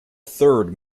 third